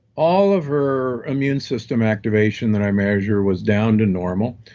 all of her immune system activations i measured was down to normal,